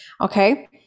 okay